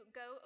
go